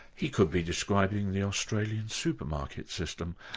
he could be describing the australian supermarket system.